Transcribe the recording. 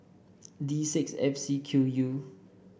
D six F C Q U